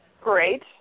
Great